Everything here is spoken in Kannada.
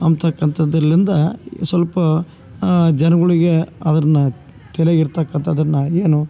ಅಂಬ್ತಕ್ಕಂಥದಲ್ಲಿಂದ ಸ್ವಲ್ಪ ಜನಗಳಿಗೆ ಅದನ್ನ ತಲಿಯಾಗ್ ಇರ್ತಕ್ಕಂಥದನ್ನ ಏನು